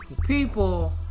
people